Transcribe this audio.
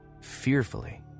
fearfully